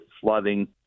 flooding